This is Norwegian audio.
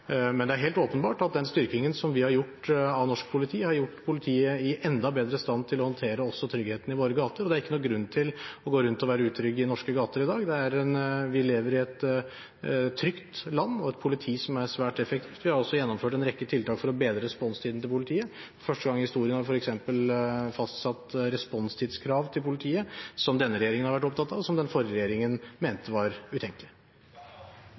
Men det er helt åpenbart at den styrkingen som vi har gjort av norsk politi, har gjort politiet i enda bedre stand til å håndtere også tryggheten i våre gater, og det er ikke noen grunn til å gå rundt og være utrygg i norske gater i dag. Vi lever i et trygt land og har et politi som er svært effektivt. Vi har også gjennomført en rekke tiltak for å bedre responstiden til politiet. For første gang i historien har vi f.eks. fastsatt responstidskrav til politiet, noe denne regjeringen har vært opptatt av, men som den forrige regjeringen mente var utenkelig.